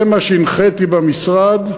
זה מה שהנחיתי במשרד,